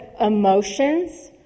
emotions